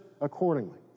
accordingly